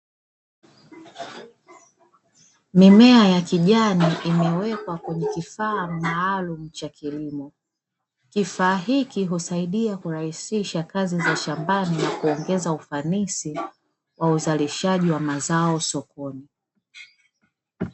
Mimea ya kijani imewekwa kwenye kifaa maalumu cha kilimo. Kifaa hiki husaidia kurahisiaha kazi za shambani na kuongeza ufanisi wa uzalishaji mazao sokoni.